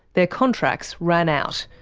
their contracts ran out,